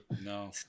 No